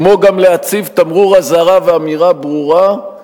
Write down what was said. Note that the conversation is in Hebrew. כמו גם להציב תמרור אזהרה ואמירה ברורה,